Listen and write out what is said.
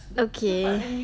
okay